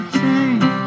change